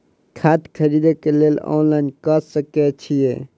खाद खरीदे केँ लेल ऑनलाइन कऽ सकय छीयै?